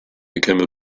became